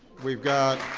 we've got